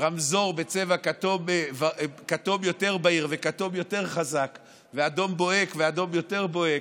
רמזור בצבע כתום יותר בהיר וכתום יותר חזק ואדום בוהק ואדום יותר בוהק,